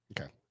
Okay